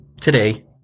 today